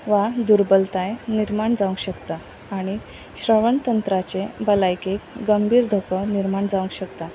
वा दुर्बलताय निर्माण जावंक शकता आनी श्रवणंत्राचे भलायकेक गंभीर धोको निर्माण जावंक शकता